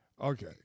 Okay